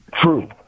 True